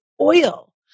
oil